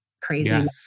crazy